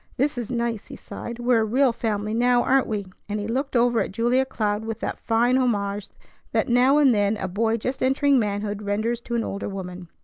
this is nice! he sighed. we're a real family now, aren't we? and he looked over at julia cloud with that fine homage that now and then a boy just entering manhood renders to an older woman.